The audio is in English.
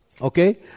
Okay